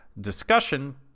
discussion